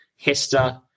Hester